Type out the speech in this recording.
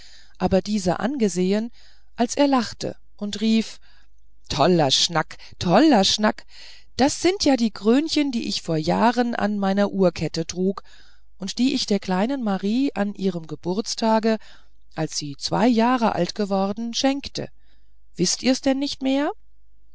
aber diese angesehen als er lachte und rief toller schnack toller schnack das sind ja die krönchen die ich vor jahren an meiner uhrkette trug und die ich der kleinen marie an ihrem geburtstage als sie zwei jahre alt worden schenkte wißt ihr's denn nicht mehr